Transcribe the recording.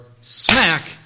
smack